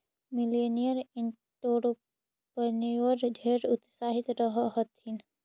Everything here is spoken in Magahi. मिलेनियल एंटेरप्रेन्योर ढेर उत्साहित रह हथिन